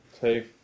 Two